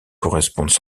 correspondent